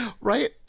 Right